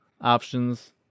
options